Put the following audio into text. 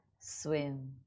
swim